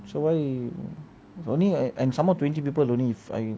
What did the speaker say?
so why only and some more twenty people only if I